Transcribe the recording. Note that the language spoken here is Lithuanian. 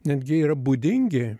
netgi yra būdingi